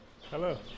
Hello